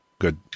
good